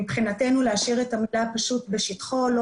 מבחינתנו להשאיר את המילה "בשטחו" ולא